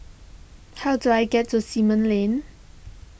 how do I get to Simon Lane